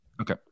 Okay